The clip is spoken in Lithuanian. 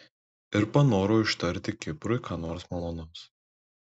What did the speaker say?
ir panoro ištarti kiprui ką nors malonaus